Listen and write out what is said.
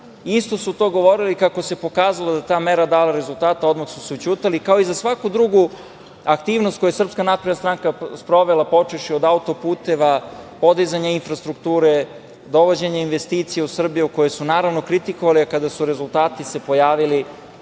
Isto to su govorili, a kada se pokazalo da je ta mera dala rezultate odmah su se ućutali, kao i za svaku drugu aktivnost koju je SNS sprovela počevši od auto-puteva, podizanja infrastrukture, dovođenja investicija u Srbiju, koje su naravno kritikovali, a kada su rezultati se pojavili